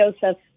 Joseph